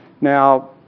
Now